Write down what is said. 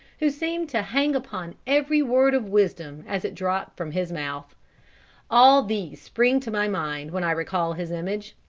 who seemed to hang upon every word of wisdom as it dropped from his mouth all these spring to my mind when i recal his image,